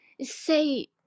say